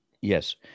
yes